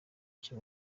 icyo